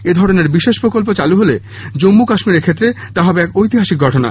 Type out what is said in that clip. এধরনের বিশেষ প্রকল্প চালু হলে জম্মু কাশ্মীরের ক্ষেত্রে তা হবে এক ঐতিহাসিক ঘটনা